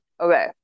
Okay